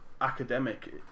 academic